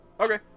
Okay